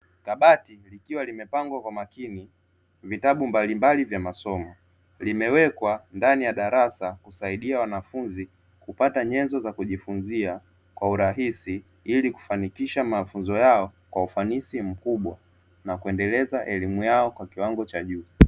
Kabati likiwa limepangwa kwa makini vitabu mbalimbali vya masomo, Limewekwa ndani ya darasa kusaidia wana funzi kupata nyenzo za kijifunzia kwa urahisi ili kufanikisha mafunzo yao kwa ufanisi mkubwa na kuendeleza elimu yao kwa kiwango cha juu.